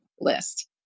list